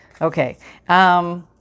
Okay